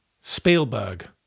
Spielberg